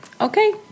Okay